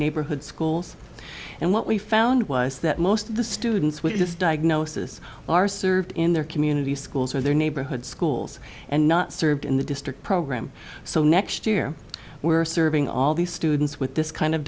neighborhood schools and what we found was that most of the students with this diagnosis are served in their community schools or their neighborhood schools and not served in the district program so next year we're serving all these students with this kind of